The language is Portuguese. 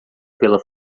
pela